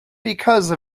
because